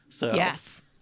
Yes